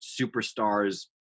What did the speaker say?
superstars